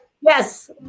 Yes